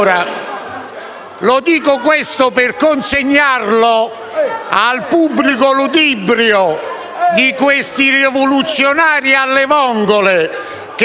Dico questo per consegnare al pubblico ludibrio questi rivoluzionari alle vongole, che